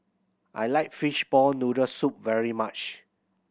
I like fishball noodle soup very much